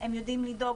הם יודעים לדאוג